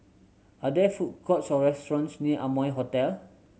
are there food courts or restaurants near Amoy Hotel